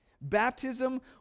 baptism